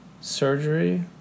surgery